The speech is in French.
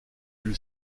lui